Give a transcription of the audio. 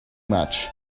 much